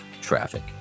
Traffic